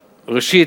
ראשית,